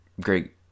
great